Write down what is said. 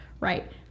Right